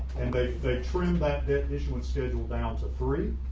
and they they trim that that issue and schedule down to three.